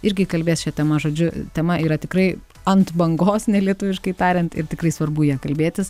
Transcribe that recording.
irgi kalbės šia tema žodžiu tema yra tikrai ant bangos nelietuviškai tariant ir tikrai svarbu ja kalbėtis